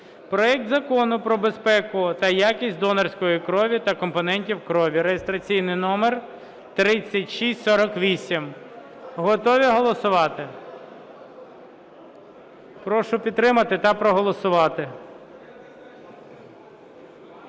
проект Закону про безпеку та якість донорської крові та компонентів крові (реєстраційний номер 3648). Готові голосувати? Прошу підтримати та проголосувати.